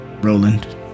Roland